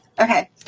Okay